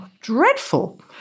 dreadful